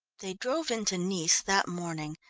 they drove into nice that morning,